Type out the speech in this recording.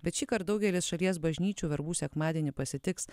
bet šįkart daugelis šalies bažnyčių verbų sekmadienį pasitiks